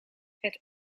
het